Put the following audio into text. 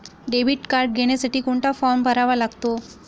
Debit card घेण्यासाठी कोणता form भरावा लागतो?